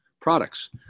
products